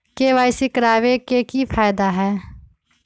KYC करवाबे के कि फायदा है?